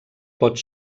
pot